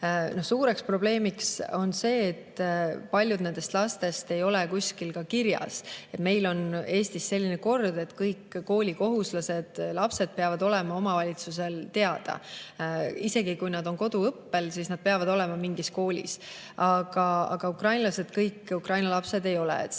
Suur probleem on see, et paljud nendest lastest ei ole kuskil ka kirjas. Meil on Eestis selline kord, et kõik koolikohuslased lapsed peavad olema omavalitsusel teada. Isegi kui nad on koduõppel, nad peavad olema mingis koolis kirjas, aga kõik Ukraina lapsed ei ole.